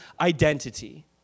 identity